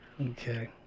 Okay